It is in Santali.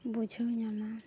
ᱵᱩᱡᱷᱟᱹᱣ ᱧᱟᱢᱟ